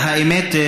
האמת,